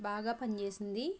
బాగా పనిచేసింది